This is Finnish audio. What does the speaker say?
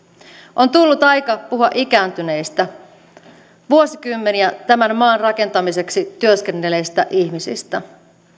on tullut aika puhua ikääntyneistä vuosikymmeniä tämän maan rakentamiseksi työskennelleistä ihmisistä